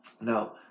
Now